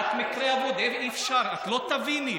את מקרה אבוד, אי-אפשר, את לא תביני.